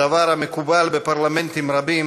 דבר המקובל בפרלמנטים רבים,